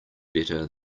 better